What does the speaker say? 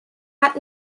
hat